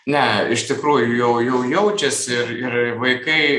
ne iš tikrųjų jau jau jaučiasi ir ir vaikai